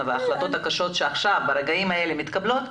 וההחלטות הקשות שברגעים אלה מתקבלות,